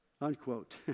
Unquote